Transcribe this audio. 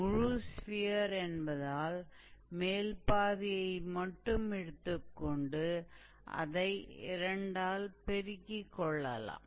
முழு ஸ்பியர் என்பதால் மேல் பாதியை மட்டும் எடுத்துக்கொண்டு அதை இரண்டால் பெருக்கிக் கொள்ளலாம்